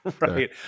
Right